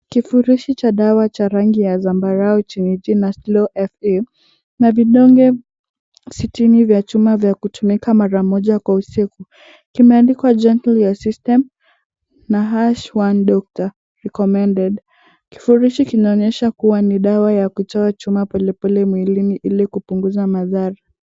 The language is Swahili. Kifurushi cha dawa cha rangi ya zambarau chenye jina Slow Fe, kina vidonge sitini vya chuma vya kutumia mara moja kwa usiku. Kimeandikwa gentle to your system na #1 doctor recommended . Kifurushi kinaonyesha kuwa ni dawa ya kutoa chuma polepole mwilini ili kupunguza madhara.